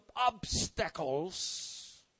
obstacles